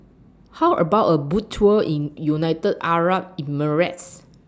How about A Boat Tour in United Arab Emirates